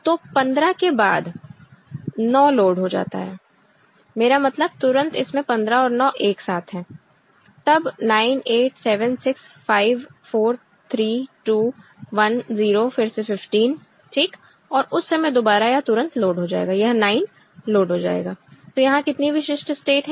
तो 15 के बाद 9 लोड हो जाता है मेरा मतलब तुरंत इसमें 15 और 9 एक साथ हैं तब 9 8 7 6 5 4 3 2 1 0 फिर से 15 ठीक और उस समय दोबारा यह तुरंत लोड हो जाएगा यह 9 लोड हो जाएगा तो यहां कितनी विशिष्ट स्टेट हैं